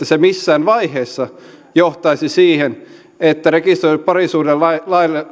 se missään vaiheessa johtaisi siihen että rekisteröidyn parisuhdelain